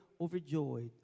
overjoyed